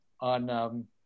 on